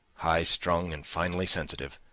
high-strung and finely sensitive,